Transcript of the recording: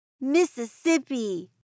Mississippi